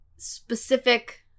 specific